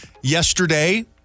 yesterday